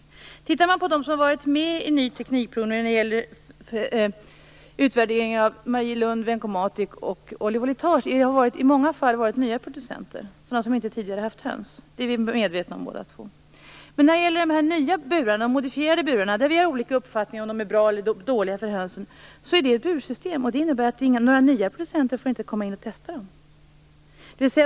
Tittar man närmare på vilka som har varit med i ny teknikprovning när det gäller utvärdering av Marielund, Vencomatic och Oli-Voletage finner man att det i många fall har varit nya producenter, sådana som inte tidigare har haft höns. Det är vi medvetna om båda två. Men när det gäller de nya modifierade burarna - som vi har olika uppfattning om ifall de är bra eller dåliga för hönsen - är det trots allt bursystem. Det innebär att nya producenter inte får testa dem.